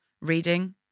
reading